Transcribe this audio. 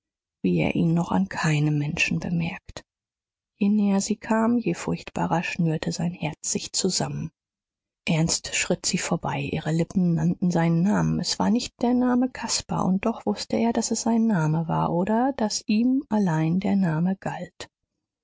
wie er ihn noch an keinem menschen bemerkt je näher sie kam je furchtbarer schnürte sein herz sich zusammen ernst schritt sie vorbei ihre lippen nannten seinen namen es war nicht der name caspar und doch wußte er daß es sein name war oder daß ihm allein der name galt